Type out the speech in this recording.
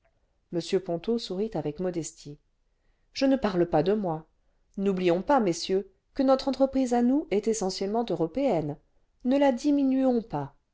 m ponto sourit avec modestie je ne parle pas de moi n'oublions pas messieurs que notre le vingtième siècle entreprise à nous est essentiellement européenne ne la diminuons pas